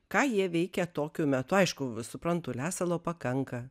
ką jie veikia tokiu metu aišku suprantu lesalo pakanka